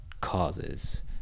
causes